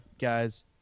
guys